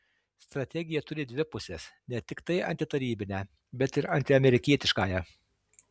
strategija turi dvi puses ne tiktai antitarybinę bet ir antiamerikietiškąją